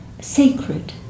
sacred